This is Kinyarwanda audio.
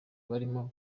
bariho